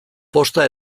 posta